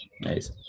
Nice